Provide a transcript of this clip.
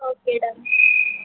okay done